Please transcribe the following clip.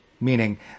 Meaning